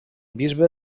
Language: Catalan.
bisbe